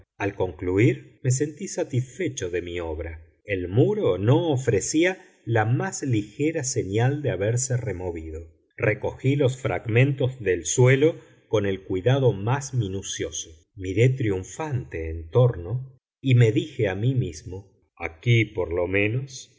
al concluir me sentí satisfecho de mi obra el muro no ofrecía la más ligera señal de haberse removido recogí los fragmentos del suelo con el cuidado más minucioso miré triunfante en torno y me dije a mí mismo aquí por lo menos